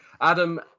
Adam